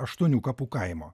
aštuonių kapų kaimo